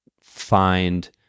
find